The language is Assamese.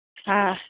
অঁ